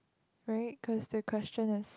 very cause the question is